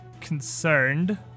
concerned